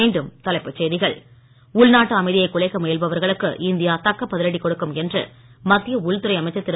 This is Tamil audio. மீண்டும் தலைப்புச் செய்திகள் உள்நாட்டு அமைதியை குலைக்க முயல்பவர்களுக்கு இந்தியா தக்க பதிலடி கொடுக்கும் என்று மத்திய உள்துறை அமைச்சர் திரு